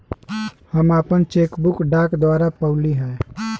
हम आपन cheque book डाक द्वारा पउली है